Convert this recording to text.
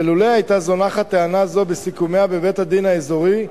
ולולא היתה זונחת טענה זו בסיכומיה בבית-הדין האזורי,